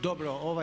Dobro.